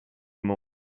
more